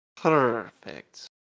perfect